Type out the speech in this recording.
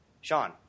Sean